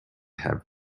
have